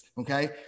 okay